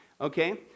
okay